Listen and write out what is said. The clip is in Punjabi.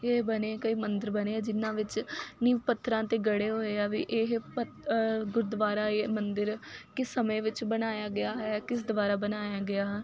ਇਹ ਬਣੇ ਕਈ ਮੰਦਰ ਬਣੇ ਜਿਹਨਾਂ ਵਿੱਚ ਨੀਂਹ ਪੱਥਰਾਂ 'ਤੇ ਗੜੇ ਹੋਏ ਆ ਵੀ ਇਹ ਪੱ ਗੁਰਦੁਆਰਾ ਇਹ ਮੰਦਿਰ ਕਿਸ ਸਮੇਂ ਵਿੱਚ ਬਣਾਇਆ ਗਿਆ ਹੈ ਕਿਸ ਦੁਆਰਾ ਬਣਾਇਆ ਗਿਆ